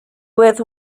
with